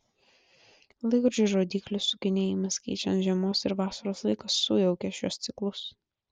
laikrodžio rodyklių sukinėjimas keičiant žiemos ir vasaros laiką sujaukia šiuos ciklus